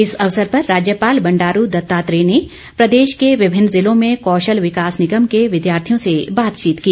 इस अवसर पर राज्यपाल बंडारू दत्तात्रेय ने प्रदेश के विभिन्न जिलों में कौशल विकास निगम के विद्यार्थियों से बातचीत की